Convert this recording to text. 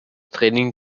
training